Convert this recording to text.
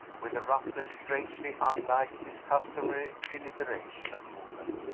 with a roughness strangely unlike his customary deliberation of movement,